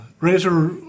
Razor